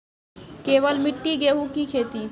केवल मिट्टी गेहूँ की खेती?